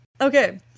okay